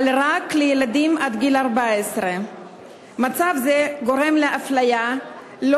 אבל רק לילדים עד גיל 14. מצב זה גורם לאפליה לא